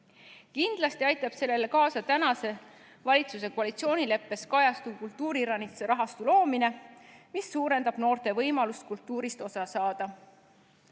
Kindlasti aitab sellele kaasa valitsuse koalitsioonileppes kajastuv kultuuriranitsa rahastu loomine, mis suurendab noorte võimalust kultuurist osa saada.